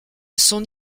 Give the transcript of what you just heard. son